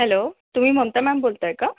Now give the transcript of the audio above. hello तुम्ही Mamata ma'am बोलताय का